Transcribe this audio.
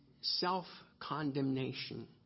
self-condemnation